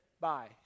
Bye